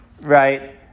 right